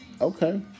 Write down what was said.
Okay